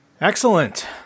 Excellent